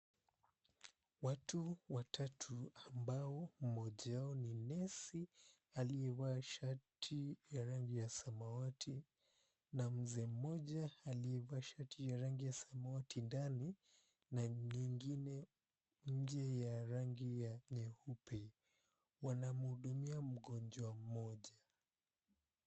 Watu watatu ambao mmoja wao ni nesi aliyevaa shati ya rangi ya samawati na mzee mmoja aliyevaa yangi ya samawati ndani na nyingine inje ya rangi ya nyeupe, wanamhudumia mgonjwa mmoja.